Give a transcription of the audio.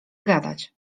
gadać